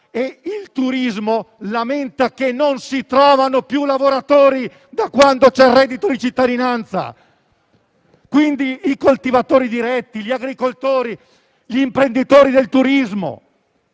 E il turismo lamenta che non si trovano più lavoratori da quando c'è il reddito di cittadinanza. Ci sono quindi i coltivatori diretti, gli agricoltori, gli imprenditori del turismo;